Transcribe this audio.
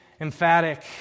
emphatic